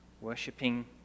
worshipping